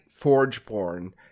Forgeborn